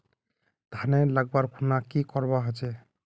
धानेर लगवार खुना की करवा होचे?